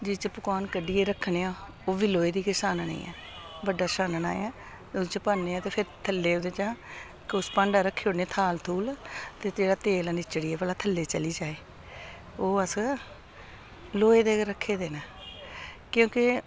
जेह्दे च पकोआन कड्ढियै रक्खने आं ओह् बी लोहे दी गै छाननी ऐ बड्डा छानना ऐ ओह्दे च पान्ने आं ते फिर थल्लै ओह्दे चा उस भांडा रक्खी ओड़ने आं थाल थूल ते जेह्ड़ा तेल ऐ नच्चड़ियै भला थल्लै चली जाए ओह् अस लोहे दे गै रक्खे दे न क्योंकि